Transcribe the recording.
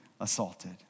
assaulted